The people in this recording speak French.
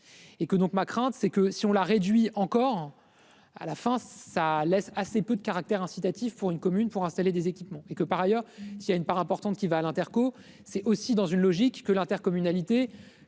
Et que donc ma crainte, c'est que si on la réduit encore à la fin ça laisse assez peu de caractère incitatif pour une commune pour installer des équipements et que par ailleurs il y a une part importante qui va à l'Interco. C'est aussi dans une logique que l'intercommunalité